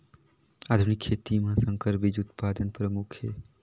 आधुनिक खेती म संकर बीज उत्पादन प्रमुख हे